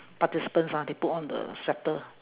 participants ah they put on the sweater